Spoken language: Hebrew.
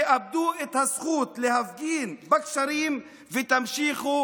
תאבדו את הזכות להפגין בגשרים ותמשיכו